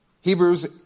Hebrews